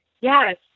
yes